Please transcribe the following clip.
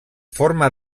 forma